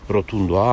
Rotundo